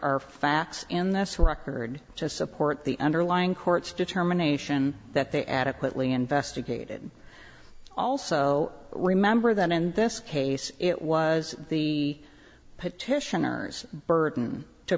are facts in this record to support the underlying court's determination that they adequately investigated also remember that in this case it was the petitioners burden to